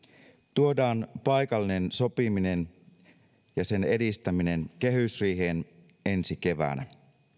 tuodaan paikallinen sopiminen ja sen edistäminen kehysriiheen ensi keväänä